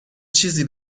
چیزی